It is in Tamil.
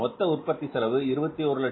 மொத்த உற்பத்தி செலவு 2155000